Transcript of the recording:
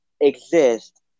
exist